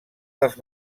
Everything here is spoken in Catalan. dels